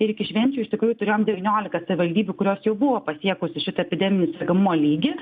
ir iki švenčių iš tikrųjų turėjom devyniolika savivaldybių kurios jau buvo pasiekusi šitą epideminį sergamumo lygį